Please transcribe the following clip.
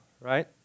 right